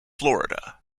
florida